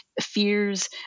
fears